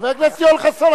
חבר הכנסת יואל חסון,